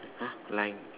!huh! line